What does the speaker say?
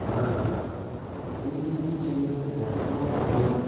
আৰু এই টি ভিৰ জৰিয়তে বৰ্তমান সময়ত